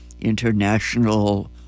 International